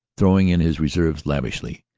throwing in his reserves lavishly,